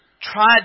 tried